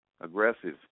aggressive